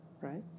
right